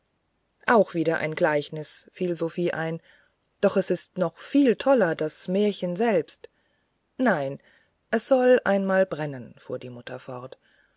auch wieder ein gleichnis fiel sophie ein doch es ist noch viel toller das märchen selbst nein es soll einmal brennen fuhr die mutter fort